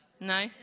No